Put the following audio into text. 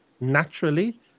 naturally